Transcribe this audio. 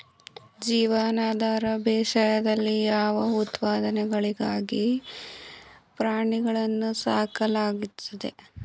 ಜೀವನಾಧಾರ ಬೇಸಾಯದಲ್ಲಿ ಯಾವ ಉತ್ಪನ್ನಗಳಿಗಾಗಿ ಪ್ರಾಣಿಗಳನ್ನು ಸಾಕಲಾಗುತ್ತದೆ?